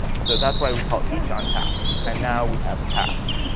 so that's why we call each on tasks. and now we have task.